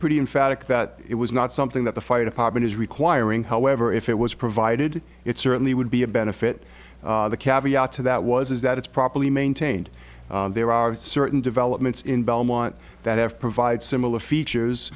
pretty emphatic that it was not something that the fire department is requiring however if it was provided it certainly would be a benefit the cabbie out so that was is that it's properly maintained there are certain developments in belmont that have provide similar features